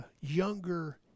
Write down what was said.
younger